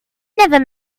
never